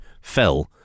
fell